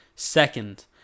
Second